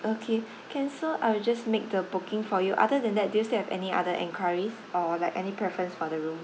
okay can so I will just make the booking for you other than that do you still have any other enquiries or like any preference for the room